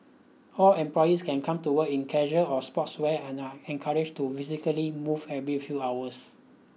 all employees can come to work in casual or sportswear and I encouraged to physically move every few hours